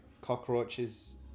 cockroaches